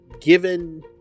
given